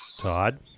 Todd